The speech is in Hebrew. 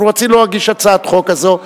אנחנו רצינו להגיש הצעת חוק כזאת.